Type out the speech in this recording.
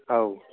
औ